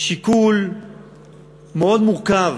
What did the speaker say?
שיקול מאוד מורכב,